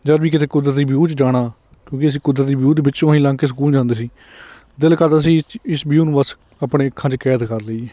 ਜਦੋਂ ਵੀ ਕਿਤੇ ਕੁਦਰਤੀ ਵਿਊ 'ਚ ਜਾਣਾ ਕਿਉਂਕਿ ਅਸੀਂ ਕੁਦਰਤੀ ਵਿਊ ਦੇ ਵਿੱਚੋਂ ਹੀ ਲੰਘ ਕੇ ਸਕੂਲ ਜਾਂਦੇ ਸੀ ਦਿਲ ਕਰਦਾ ਸੀ ਇਸ ਵਿਊ ਨੂੰ ਬਸ ਆਪਣੇ ਅੱਖਾਂ 'ਚ ਕੈਦ ਕਰ ਲਈਏ